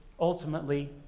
ultimately